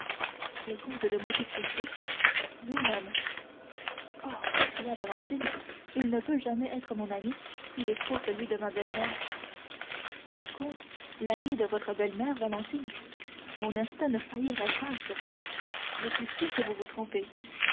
le comte de monte cristo lui-même oh s'écria valentine il ne peut jamais être mon ami il est trop celui de ma belle-mère le comte l'ami de votre belle-mère valentine mon instinct ne faillirait pas à ce point je suis sûr que vous vous trompez